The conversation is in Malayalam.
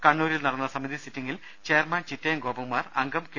കണ്ണൂരിൽ നടന്ന സമിതി സിറ്റിങ്ങിൽ ചെയർമാൻ ചിറ്റയം ഗോപകുമാർ അംഗം കെ